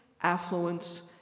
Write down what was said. affluence